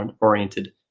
oriented